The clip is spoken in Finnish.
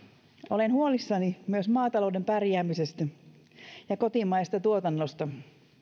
olen huolissani myös maatalouden pärjäämisestä ja kotimaisesta tuotannosta